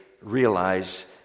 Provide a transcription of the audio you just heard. realize